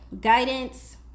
guidance